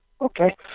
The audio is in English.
Okay